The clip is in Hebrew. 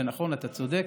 ונכון, אתה צודק,